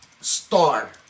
star